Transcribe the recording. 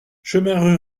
chemin